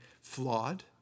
Flawed